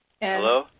Hello